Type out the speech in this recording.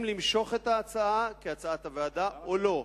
אם למשוך את ההצעה כהצעת הוועדה, או לא,